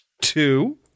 two